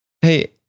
hey